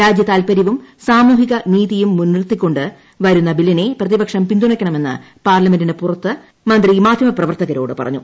രാജ്യ താത്പര്യവും സാമൂഹിക നീതിയും മുൻനിർത്തി കൊണ്ടു വരുന്ന ബില്ലിനെ പ്രതിപക്ഷം പിന്തുണയ്ക്കണമെന്ന് പാർലമെന്റിന് പുറത്ത് മന്ത്രി മാധ്യമ പ്രവർത്തകരോട് പറഞ്ഞു